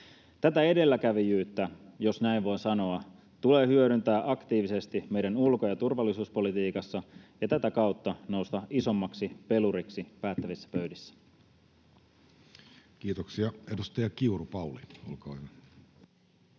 Tätä edelläkävijyyttä, jos näin voin sanoa, tulee hyödyntää aktiivisesti meidän ulko‑ ja turvallisuuspolitiikassa ja tätä kautta nousta isommaksi peluriksi päättävissä pöydissä. Kiitoksia. — Edustaja Kiuru, Pauli, olkaa hyvä.